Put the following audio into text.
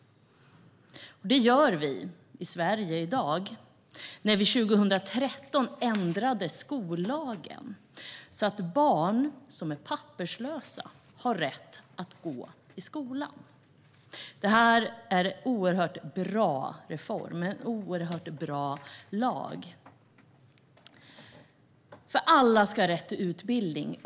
Det gör vi i Sverige i dag. År 2013 ändrade vi skollagen så att barn som är papperslösa har rätt att gå i skolan. Det här är en oerhört bra reform, en oerhört bra lag. Alla ska ha rätt till utbildning.